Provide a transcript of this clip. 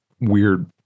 weird